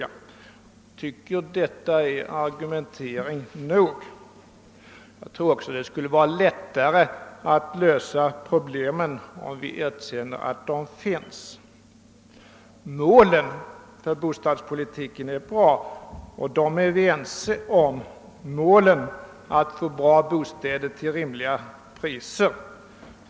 Jag tycker detta är argumentering nog och tror att det skulle vara lättare att lösa problemen, om vi erkänner att de finns. Målet för bostadspolitiken, att skaffa bra bostäder till rimliga priser, är bra. Det målet är vi också ense om.